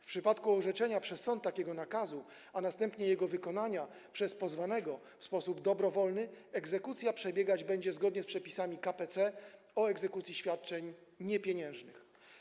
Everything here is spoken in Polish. W przypadku orzeczenia przez sąd takiego nakazu, a następnie jego niewykonania przez pozwanego w sposób dobrowolny - egzekucja przebiegać będzie zgodnie z przepisami k.p.c. o egzekucji świadczeń niepieniężnych”